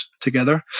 together